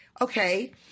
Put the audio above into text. okay